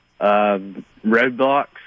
roadblocks